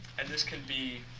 and this can be,